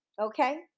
okay